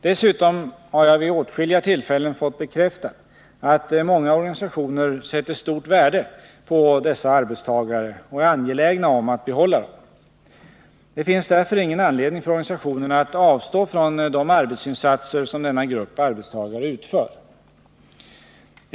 Dessutom har jag vid åtskilliga tillfällen fått bekräftat att många organisationer sätter stort värde på dessa arbetstagare och är angelägna om att behålla dem. Det finns därför ingen anledning för organisationerna att avstå från de arbetsinsatser som denna grupp arbetstagare utför.